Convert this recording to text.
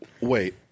Wait